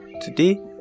today